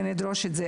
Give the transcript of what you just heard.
אנחנו נדרוש זאת.